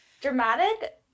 Dramatic